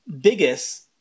biggest